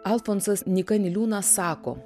alfonsas nyka niliūnas sako